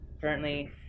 Currently